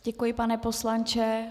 Děkuji, pane poslanče.